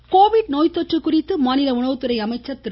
Kamaraj Covid நோய்த்தொற்று குறித்து மாநில உணவுத்துறை அமைச்சர் திரு